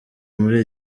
muri